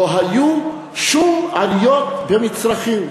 לא היו שום עליות במצרכים.